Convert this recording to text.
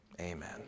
Amen